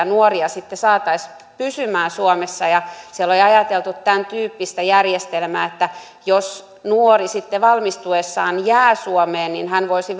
nuoria sitten saataisiin pysymään suomessa siellä oli ajateltu tämäntyyppistä järjestelmää että jos nuori sitten valmistuessaan jää suomeen niin hän voisi